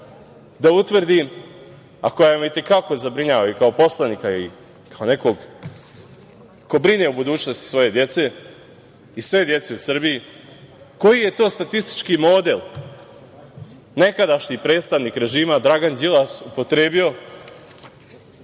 da utvrdim, a koja me i te kako zabrinjava i kao poslanika i kao nekog ko brine o budućnosti svoje dece i sve dece u Srbiji, koji je to statistički model nekadašnji predstavnik režima Dragan Đilas upotrebio